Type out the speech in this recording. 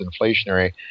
inflationary